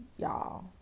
Y'all